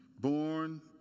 Born